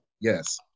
yes